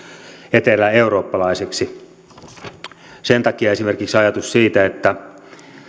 eteläeurooppalaiseksi sen takia esimerkiksi ajatukseen siitä että